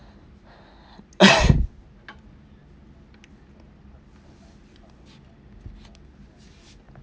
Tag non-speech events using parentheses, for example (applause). (breath)